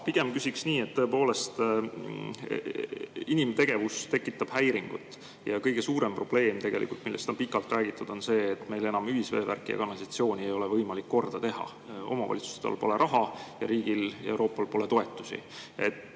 pigem küsiksin nii. Tõepoolest, inimtegevus tekitab häiringut. Kõige suurem probleem, millest on pikalt räägitud, on see, et meil ei ole ühisveevärki ja kanalisatsiooni enam võimalik korda teha – omavalitsustel pole raha ning riigil ja Euroopal pole toetusi.